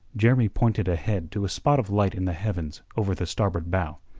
jeremy pointed ahead to a spot of light in the heavens over the starboard bow.